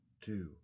two